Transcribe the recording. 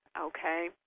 okay